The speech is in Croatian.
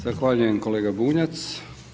Zahvaljujem kolega Bunjac.